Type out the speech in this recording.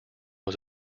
was